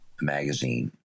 magazine